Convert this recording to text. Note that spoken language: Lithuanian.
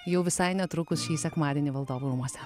jau visai netrukus šį sekmadienį valdovų rūmuose